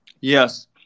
Yes